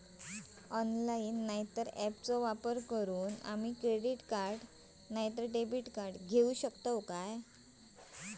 Online नाय तर ऍपचो वापर करून आम्ही क्रेडिट नाय तर डेबिट कार्ड घेऊ शकतो का?